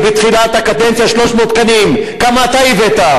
אתם יודעים למה זה מזכיר תקופות חשוכות: זה סימפטום של טירוף,